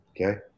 okay